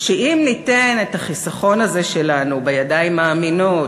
שאם ניתן את החיסכון הזה שלנו בידיים האמינות